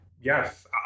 yes